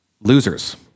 losers